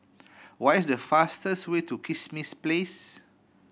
what is the fastest way to Kismis Place